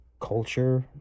culture